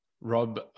Rob